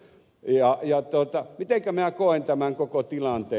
mitenkä minä koen tämän koko tilanteen